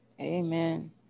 Amen